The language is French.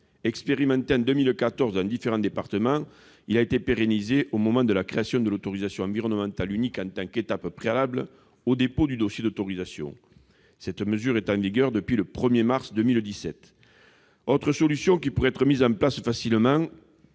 Expérimenté en 2014 dans différents départements, il a été pérennisé au moment de la création de l'autorisation environnementale unique en tant qu'étape préalable au dépôt du dossier d'autorisation. Cette mesure est en vigueur depuis le 1 mars 2017. Une autre solution pourrait être mise en place facilement